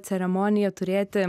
ceremoniją turėti